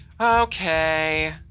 Okay